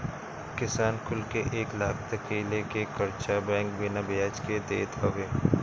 किसान कुल के एक लाख तकले के कर्चा बैंक बिना बियाज के देत हवे